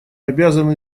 обязаны